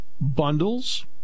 bundles